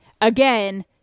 Again